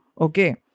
Okay